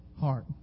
heart